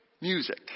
music